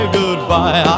goodbye